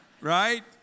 right